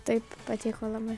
taip patiko labai